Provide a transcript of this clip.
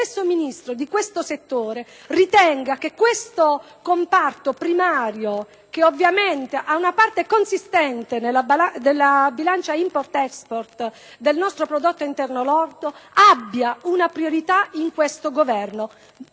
lo stesso Ministro di questo settore ritenga che il comparto primario, che ovviamente ha una parte consistente nella bilancia *import-export* e nel nostro prodotto interno lordo, abbia una priorità in questo Governo.